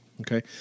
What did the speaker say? Okay